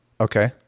Okay